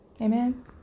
Amen